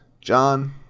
John